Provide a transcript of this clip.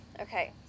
Okay